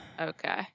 Okay